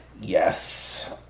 yes